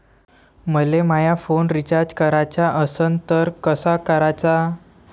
मले माया phone recharge कराचा असन तर कसा कराचा?